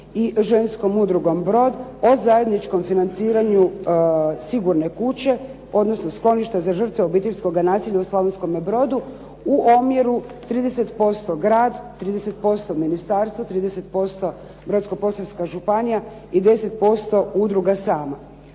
i Ženskom udrugom "Brod" o zajedničkom financiranju sigurne kuće, odnosno skloništa za žrtve obiteljskoga nasilja u Slavonskome brodu, u omjeru 30% grad, 30% ministarstvo, 30% Brodsko-posavska županija i 10% udruga sama.